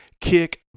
kick